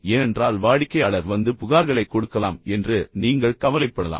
ஏனென்றால் வாடிக்கையாளர் வந்து பின்னர் புகார்களைக் கொடுக்கலாம் என்று மீண்டும் நீங்கள் கொஞ்சம் கவலைப்படலாம்